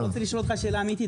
אני רוצה לשאול אותך שאלה אמיתית,